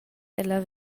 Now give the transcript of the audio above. ella